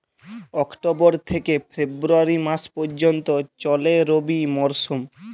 October থেকে ফেব্রুয়ারি মাস পর্যন্ত চলে রবি মরসুম